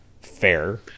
fair